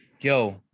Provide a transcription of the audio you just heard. yo